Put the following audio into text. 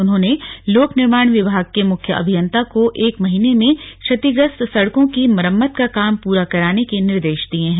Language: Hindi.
उन्होंने लोक निर्माण विभाग के प्रमुख अभियंता को एक महीने में क्षतिग्रस्त सड़कों की मरम्मत का काम पूरा कराने के निर्देश दिये हैं